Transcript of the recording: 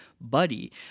buddy